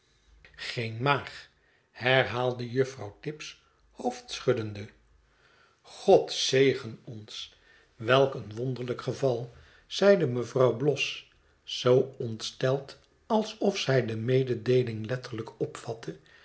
geen maag herhaalde juffrouw tibbs hoofdschuddende god zegen ons welk een wonderlijkgeval zeide mevrouw bloss zoo ontsteld alsof zij de mededeeling letterlijk opvatte